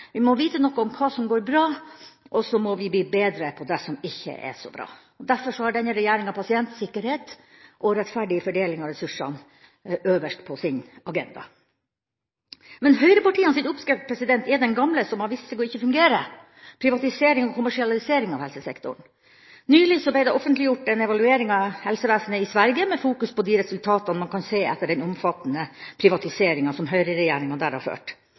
Vi må ha begge perspektivene. Vi må vite noe om hva som går bra, og så må vi bli bedre på det som ikke går så bra. Derfor har denne regjeringa pasientsikkerhet og rettferdig fordeling av ressursene øverst på sin agenda. Men høyrepartienes oppskrift er den gamle, som har vist seg ikke å fungere; privatisering og kommersialisering av helsesektoren. Nylig ble det offentliggjort en evaluering av helsevesenet i Sverige, med fokus på de resultatene man kan se etter den omfattende privatiseringa som høyreregjeringa der har ført.